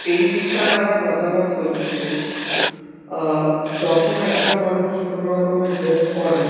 এই বিষয়ে আমার মতামত হচ্ছে যখন একটা মানুষ কোনো রকমের ড্রেস পরে